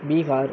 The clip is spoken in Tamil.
பீஹார்